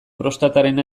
prostataren